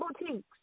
boutiques